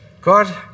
God